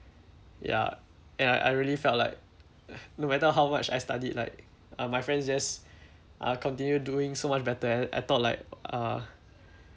ya and I I really felt like no matter how much I studied like uh my friends just uh continue doing so much better I thought like uh